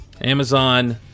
Amazon